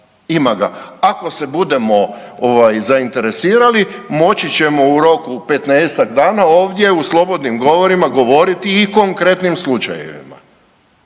ima ga. Ako se budemo ovaj zainteresirali moći ćemo u roku 15-tak dana ovdje u slobodnim govorima govoriti i o konkretnim slučajevima